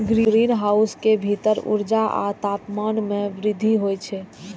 greenhouse के भीतर ऊर्जा आ तापमान मे वृद्धि होइ छै